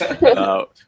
No